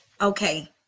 okay